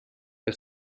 què